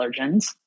allergens